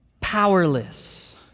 powerless